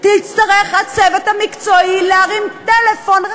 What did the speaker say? יצטרך הצוות המקצועי להרים טלפון,